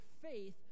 faith